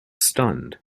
stunned